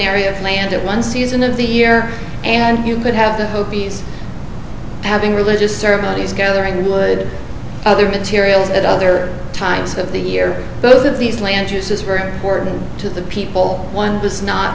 planted one season of the year and you could have the hopis having religious ceremonies gathering would other materials at other times of the year both of these land use is very important to the people one does not